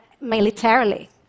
militarily